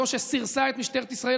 זו שסירסה את משטרת ישראל,